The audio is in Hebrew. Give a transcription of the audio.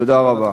תודה רבה.